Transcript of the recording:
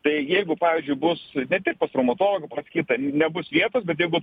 tai jeigu pavyzdžiui bus ne tik pas traumatologą pas kitą nebus vietos bet jeigu